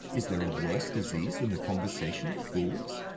is there a worse disease than the conversation of fools?